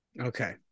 Okay